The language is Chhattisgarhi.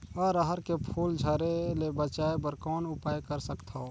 अरहर के फूल झरे ले बचाय बर कौन उपाय कर सकथव?